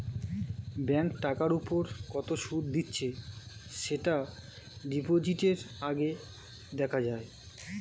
bank টাকার উপর কত সুদ দিচ্ছে সেটা ডিপোজিটের আগে দেখা যায়